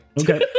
Okay